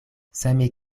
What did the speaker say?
same